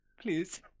Please